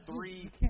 three